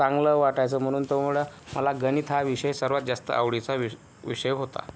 चांगलं वाटायचं म्हणून तो मला मला गणित हा विषय सर्वात जास्त आवडीचा विष विषय होता